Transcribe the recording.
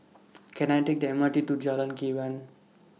Can I Take The M R T to Jalan Krian